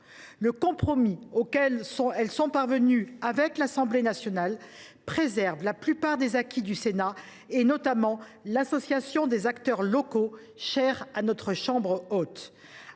Le compromis auquel elles sont parvenues avec l’Assemblée nationale préserve la plupart des acquis du Sénat, notamment l’association des acteurs locaux, chère à notre assemblée.